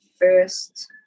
first